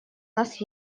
нас